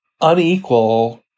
unequal